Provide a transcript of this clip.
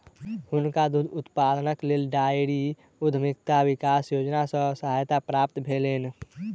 हुनका दूध उत्पादनक लेल डेयरी उद्यमिता विकास योजना सॅ सहायता प्राप्त भेलैन